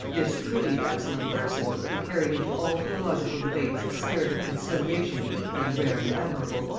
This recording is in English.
this truly excellent person, who carried into all theological debates a spirit of conciliation equally rare and admirable,